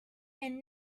and